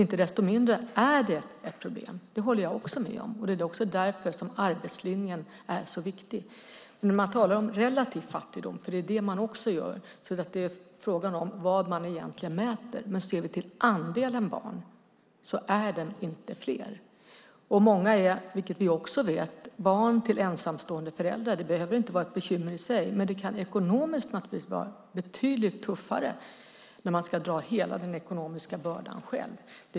Inte desto mindre är det ett problem; det håller jag med om. Det är därför arbetslinjen är så viktig. Man talar ju också om relativ fattigdom, så frågan är vad som egentligen mäts. Men ser vi till andelen barn i fattigdom är den inte större. Vi vet också att många är barn till ensamstående föräldrar. Det behöver inte vara ett bekymmer i sig, men ekonomiskt kan det naturligtvis vara betydligt tuffare när man ska bära hela bördan själv.